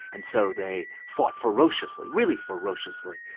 and so they fought ferociously, really ferociously,